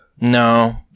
No